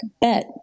bet